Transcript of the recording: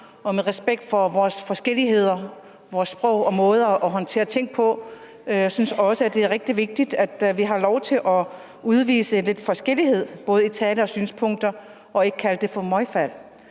og med respekt for vores forskelligheder, vores sprog og måde at håndtere ting på. Jeg synes også, det er rigtig vigtigt, at vi får lov til at udvise lidt forskellighed i både tale og synspunkter, og at vi altså ikke kalder det et møgfald.